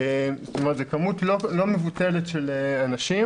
זאת אומרת זו כמות לא מבוטלת של אנשים,